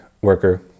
worker